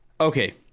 Okay